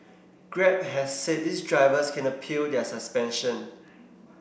grab has said these drivers can appeal their suspension